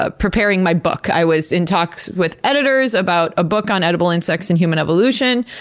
ah preparing my book. i was in talks with editors about a book on edible insects and human evolution.